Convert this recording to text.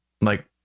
like-